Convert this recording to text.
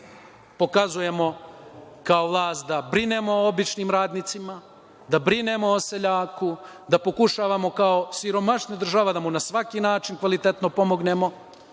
pokazujemo kao vlast da brinemo o običnim radnicima, da brinemo o seljaku, da pokušavamo kao siromašna država da mu na svaki način kvalitetno pomognemo,